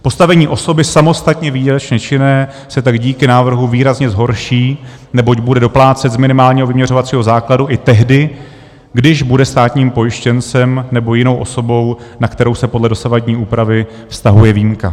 Postavení osoby samostatně výdělečně činné se tak díky návrhu výrazně zhorší, neboť bude doplácet z minimálního vyměřovacího základu i tehdy, když bude státním pojištěncem nebo jinou osobou, na kterou se podle dosavadní úpravy vztahuje výjimka.